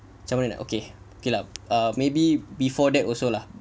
macam mana nak okay okay lah err maybe before that also lah